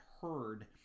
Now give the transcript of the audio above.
heard